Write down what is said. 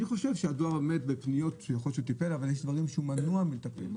אני חושב שיש דברים שהדואר מנוע מלטפל בהם.